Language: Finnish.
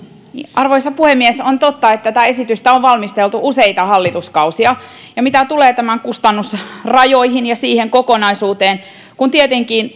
arvoisa puhemies on totta että tätä esitystä on on valmisteltu useita hallituskausia ja mitä tulee tämän kustannusrajoihin ja siihen kokonaisuuteen kun tietenkin